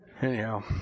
Anyhow